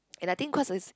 and I think cause it's